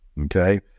okay